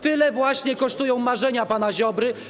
Tyle właśnie kosztują marzenia pana Ziobry.